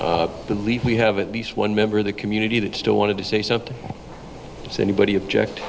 i believe we have at least one member of the community that still wanted to say something say anybody object